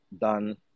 done